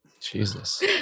jesus